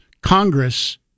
Congress